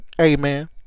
Amen